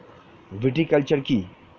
Viticulture কী?